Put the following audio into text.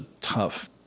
tough